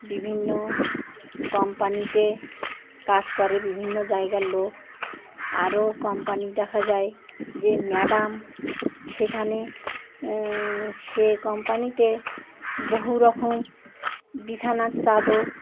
বিভিন্ন কোম্পানিতে কাজ করে বিভিন্ন জায়গার লোক আরও কোম্পানি দেখা যায় যে ম্যাডাম সেখানে সে কোম্পানিতে বহুরকম বিছানার চাদর